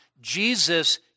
Jesus